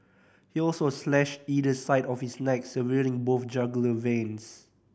he also slashed either side of his neck severing both jugular veins